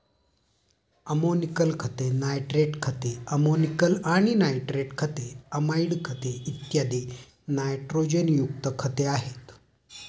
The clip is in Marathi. अमोनिकल खते, नायट्रेट खते, अमोनिकल आणि नायट्रेट खते, अमाइड खते, इत्यादी नायट्रोजनयुक्त खते आहेत